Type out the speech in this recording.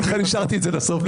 לכן השארתי את זה לסוף.